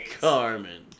Carmen